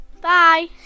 bye